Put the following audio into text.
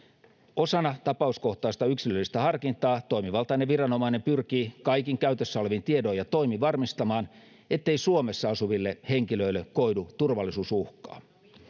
osana tapauskohtaista yksilöllistä harkintaa toimivaltainen viranomainen pyrkii kaikin käytössä olevin tiedoin ja toimin varmistamaan ettei suomessa asuville henkilöille koidu turvallisuusuhkaa